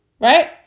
right